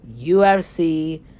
UFC